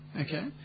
Okay